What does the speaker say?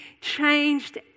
changed